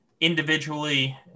Individually